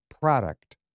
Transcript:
product